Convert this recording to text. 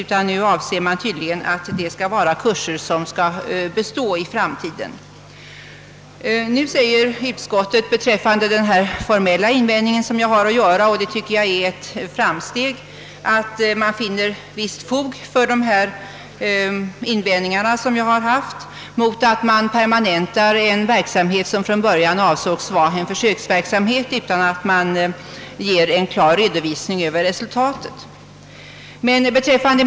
Utskottet säger — och det tycker jag är ett framsteg — att det finner visst fog för mitt uttalande angående permanentningen av en verksamhet som från början avsågs vara en försöksverksamhet utan att någon redovisning lämnats för resultatet.